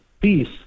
Peace